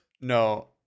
no